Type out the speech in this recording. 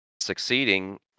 succeeding